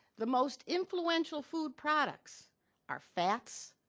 the most influential food products are fats,